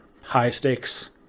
high-stakes